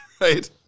Right